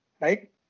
right